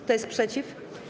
Kto jest przeciw?